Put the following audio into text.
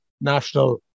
national